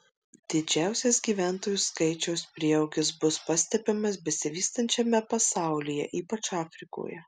didžiausias gyventojų skaičiaus prieaugis bus pastebimas besivystančiame pasaulyje ypač afrikoje